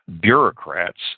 bureaucrats